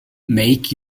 make